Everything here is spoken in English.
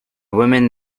women